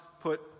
put